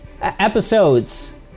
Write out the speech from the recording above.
episodes